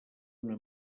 una